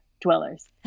dwellers